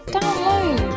Download